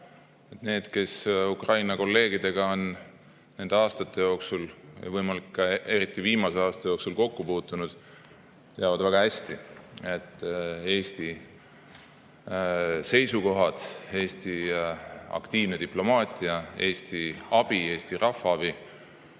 Need, kes Ukraina kolleegidega on nende aastate jooksul, eriti viimase aasta jooksul kokku puutunud, teavad väga hästi, et Eesti seisukohad, Eesti aktiivne diplomaatia, Eesti abi, Eesti rahva abi